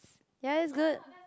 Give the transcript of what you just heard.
ya that's good